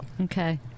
okay